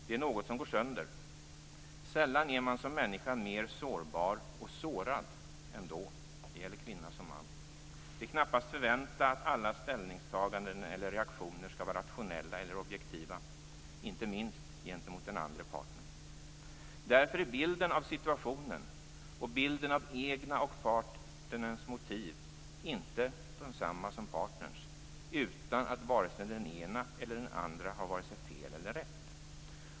Det är något som går sönder. Sällan är man som människa mer sårbar och sårad än då. Det gäller kvinna som man. Det är knappast att förvänta att alla ställningstaganden eller reaktioner skall vara rationella eller objektiva, inte minst gentemot den andre partnern. Därför är bilden av situationen, bilden av de egna motiven och partnerns, inte densamma som partnerns, utan att vare sig den ene eller den andre har vare sig fel eller rätt.